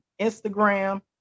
Instagram